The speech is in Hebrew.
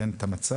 תאר את המצב,